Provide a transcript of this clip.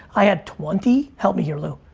i had twenty? help me here, lou.